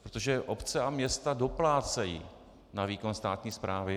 Protože obce a města doplácejí na výkon státní správy.